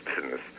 business